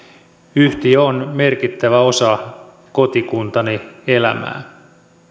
yhtiö on merkittävä osa kotikuntani elämää